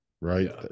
right